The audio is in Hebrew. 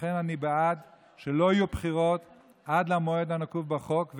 לכן אני בעד שלא יהיו בחירות עד למועד הנקוב בחוק,